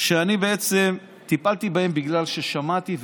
שאני בעצם טיפלתי בהם, בגלל ששמעתי.